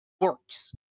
works